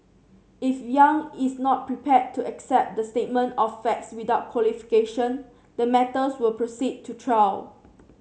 if Yang is not prepared to accept the statement of facts without qualification the matters will proceed to trial